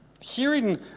Hearing